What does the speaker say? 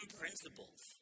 principles